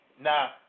Now